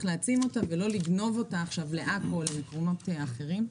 להעצים אותה ולא לגנוב אותה עכשיו לעכו או למקומות אחרים.